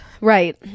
Right